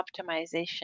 optimization